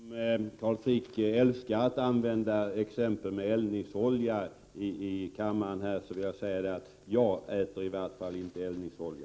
Herr talman! Om Carl Frick älskar att använda exemplet med eldningsolja i kammaren, vill jag säga att i varje fall jag inte äter eldningsolja.